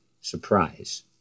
surprise